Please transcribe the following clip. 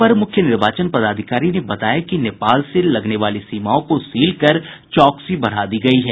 अपर मुख्य निर्वाचन पदाधिकारी ने बताया कि नेपाल से लगने वाली सीमाओं को सील कर चौकसी बढ़ा दी गयी है